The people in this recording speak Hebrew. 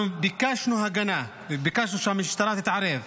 אנחנו ביקשנו הגנה וביקשנו שהמשטרה תתערב.